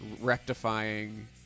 rectifying